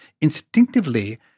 instinctively